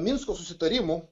minsko susitarimų